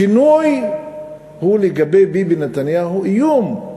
שינוי הוא לגבי ביבי נתניהו איום.